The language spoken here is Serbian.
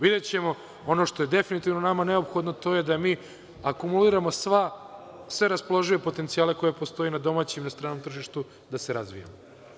Videćemo, a ono što je definitivno nama neophodno, to je da mi akumuliramo sve raspoložive potencijale koji postoje na domaćem ili stranom tržištu da se razvijamo.